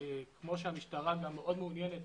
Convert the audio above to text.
כמו שהמשטרה מאוד מעוניינת